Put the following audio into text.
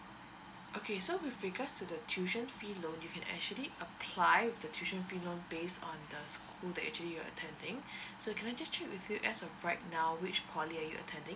okay so with regards to the tuition fee loan you can actually apply with the tuition fee loan base on the school that actually you are attending so can I just check with you as of right now which poly are you attending